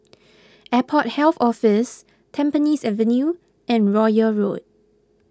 Airport Health Office Tampines Avenue and Royal Road